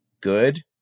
good